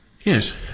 yes